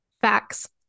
Facts